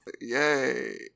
Yay